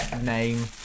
name